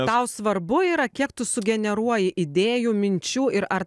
tau svarbu yra kiek tu sugeneruoji idėjų minčių ir ar